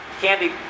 Candy